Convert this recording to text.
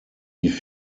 die